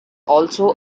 also